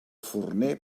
forner